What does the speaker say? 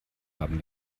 haben